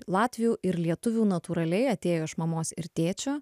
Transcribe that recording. latvių ir lietuvių natūraliai atėjo iš mamos ir tėčio